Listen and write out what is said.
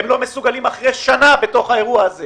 הם לא מסוגלים אחרי שנה בתוך האירוע הזה